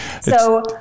So-